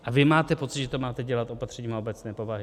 A vy máte pocit, že to máte dělat opatřeními obecné povahy.